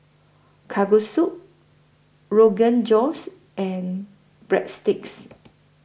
Kalguksu Rogan Josh and Breadsticks